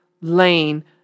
lane